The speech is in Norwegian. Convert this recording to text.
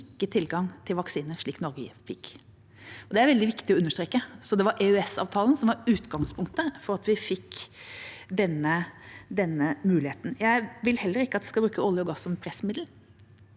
tilgang til vaksiner slik Norge fikk. Det er veldig viktig å understreke. Det var EØS-avtalen som var utgangspunktet for at vi fikk den muligheten. Jeg vil heller ikke at vi skal bruke olje og gass som et pressmiddel.